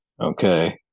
Okay